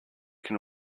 can